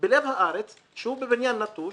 בלב הארץ שהוא בבניין נטוש,